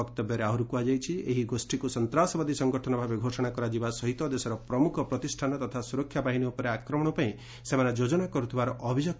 ବକ୍ତବ୍ୟରେ ଆହୁରି କୁହାଯାଇଛି ଏହି ଗୋଷୀକୁ ସନ୍ତାସବାଦୀ ସଙ୍ଗଠନ ଭାବେ ଘୋଷଣା କରାଯିବା ସହିତ ଦେଶର ପ୍ରମୁଖ ପ୍ରତିଷ୍ଠାନ ତଥା ସୁରକ୍ଷା ବାହିନୀ ଉପରେ ଆକ୍ରମଣ ପାଇଁ ସେମାନେ ଯୋଜନା କରୁଥିବାର ଅଭିଯୋଗ କରାଯାଇଛି